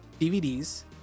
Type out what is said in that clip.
DVDs